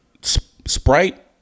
Sprite